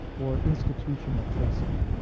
or institutional trustee.